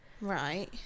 Right